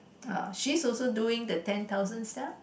uh she's also doing the ten thousand steps